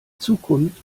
zukunft